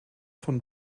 von